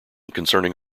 concerning